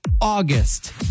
August